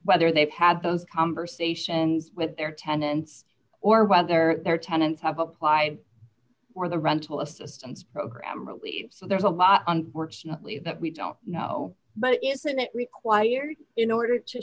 whether they've had those conversations with their tenants or whether their tenants have applied for the rental assistance program or leave so there's a lot unfortunately that we don't know but isn't that required in order to